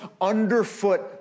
underfoot